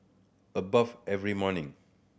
I bathe every morning